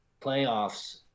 playoffs